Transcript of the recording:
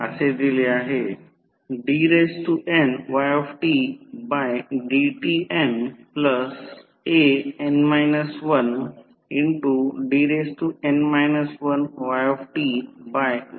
तर आम्हाला उच्च व्होल्टेज बाजूवरील टर्मिनल व्होल्टेज शोधणे आवश्यक आहे जो V2 आहे नंतर कमी व्होल्टेज कमी प्रवाह आहे जो I1 आहे आणि कार्यक्षमता म्हणजेच आपल्याला ते शोधावे लागेल